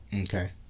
Okay